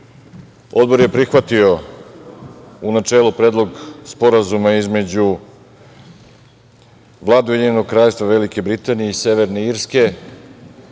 Odbor je prihvatio u načelu Predlog Sporazuma između Vlade i njenog Kraljevstva Velike Britanije i Severne